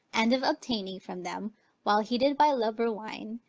and of obtaining from them, while heated by love or wine,